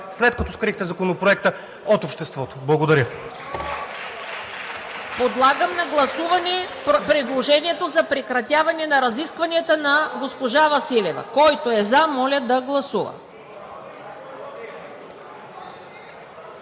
след като скрихте Законопроекта от обществото. Благодаря.